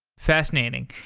fascinating.